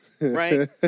right